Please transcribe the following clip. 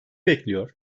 bekliyor